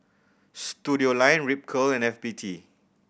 Studioline Ripcurl and F B T